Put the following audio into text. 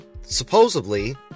supposedly